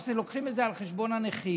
שלוקחים את זה על חשבון הנכים.